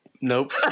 nope